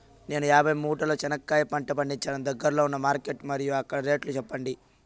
నేను యాభై మూటల చెనక్కాయ పంట పండించాను దగ్గర్లో ఉన్న మార్కెట్స్ మరియు అక్కడ రేట్లు చెప్పండి?